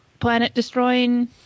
planet-destroying